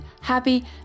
happy